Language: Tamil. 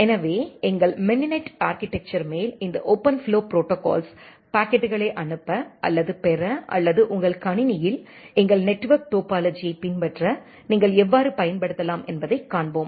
எனவே எங்கள் மினினட் ஆர்க்கிடெக்சர் மேல் இந்த ஓபன்ஃப்ளோ ப்ரோடோகால்ஸ் பாக்கெட்டுகளை அனுப்ப அல்லது பெற அல்லது உங்கள் கணினியில் எங்கள் நெட்வொர்க் டோபாலஜியைப் பின்பற்ற நீங்கள் எவ்வாறு பயன்படுத்தலாம் என்பதைக் காண்போம்